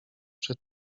przy